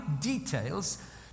details